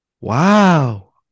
Wow